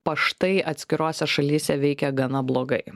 paštai atskirose šalyse veikia gana blogai